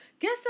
Guess